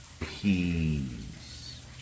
Peace